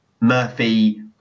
Murphy